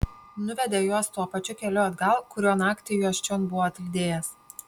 nuvedė juos tuo pačiu keliu atgal kuriuo naktį juos čion buvo atlydėjęs